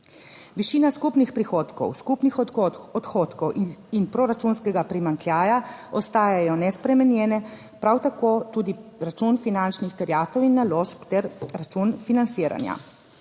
Višina skupnih prihodkov, skupnih odhodkov in proračunskega primanjkljaja ostajajo nespremenjene, prav tako tudi račun finančnih terjatev in naložb ter račun financiranja.